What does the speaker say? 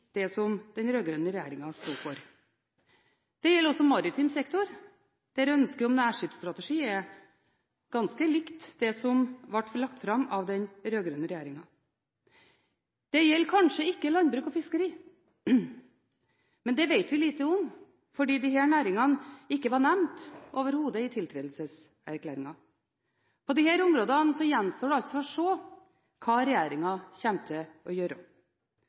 det som den rød-grønne regjeringen sto for. Det gjelder også maritim sektor, der ønsket om nærskipsstrategi er ganske likt det som ble lagt fram av den rød-grønne regjeringen. Det gjelder kanskje ikke landbruk og fiskeri, men det vet vi lite om fordi disse næringene overhodet ikke ble nevnt i tiltredelseserklæringen. På disse områdene gjenstår det altså å se hva regjeringen kommer til å gjøre.